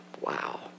wow